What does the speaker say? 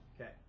Okay